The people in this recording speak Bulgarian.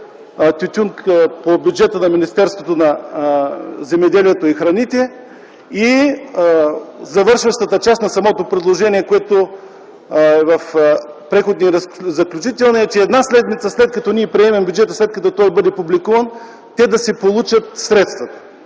„Тютюн” по бюджета на Министерството на земеделието и храните. Завършващата част на самото предложение, което е в Преходните и заключителни разпоредби, е, че една седмица след като ние приемем бюджета, след като той бъде публикуван, те да си получат средствата.